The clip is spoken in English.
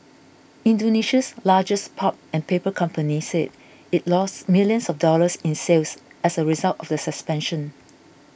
Indonesia's largest pulp and paper company said it lost millions of dollars in sales as a result of the suspension